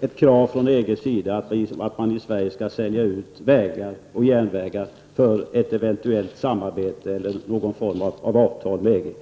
ett krav från EGs sida att man i Sverige skall sälja ut vägar och järnvägar för att få ett eventuellt samarbete eller någon form av avtal med EG?